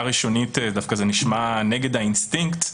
ראשונית דווקא זה נשמע נגד האינסטינקט,